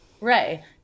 Right